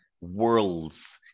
worlds